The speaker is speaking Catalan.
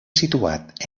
situat